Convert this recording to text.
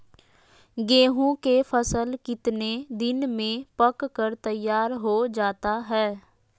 गेंहू के फसल कितने दिन में पक कर तैयार हो जाता है